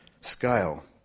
Scale